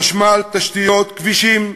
חשמל, תשתיות, כבישים,